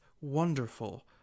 wonderful